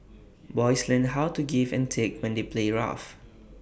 boys learn how to give and take when they play rough